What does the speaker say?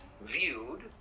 viewed